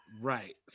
Right